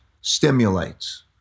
stimulates